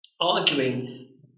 arguing